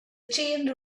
chain